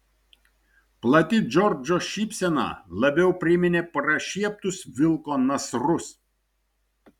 plati džordžo šypsena labiau priminė prašieptus vilko nasrus